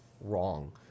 wrong